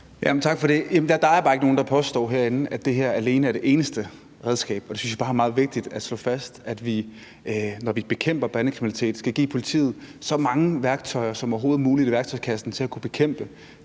Tak for det. Der er bare ikke nogen herinde, der påstår, at det her er det eneste redskab. Jeg synes bare, det er meget vigtigt, at slå fast, at vi, når vi bekæmper bandekriminalitet, skal give politiet så mange værktøjer som overhovedet muligt i værktøjskassen til at kunne bekæmpe